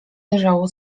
leżało